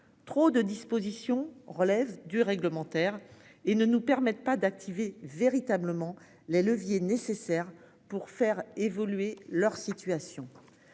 Trop de dispositions relèvent du réglementaire et ne nous permettent pas d'activer véritablement les leviers nécessaires pour faire évoluer leur situation.